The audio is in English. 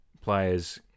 players